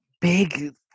big